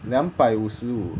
两百五十五